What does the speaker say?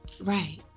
right